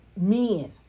men